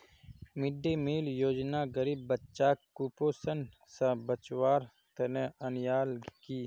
mid day meal योजना गरीब बच्चाक कुपोषण स बचव्वार तने अन्याल कि